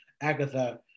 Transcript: Agatha